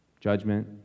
Judgment